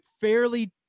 fairly